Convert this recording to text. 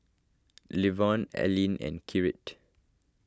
Levon Alline and Kirt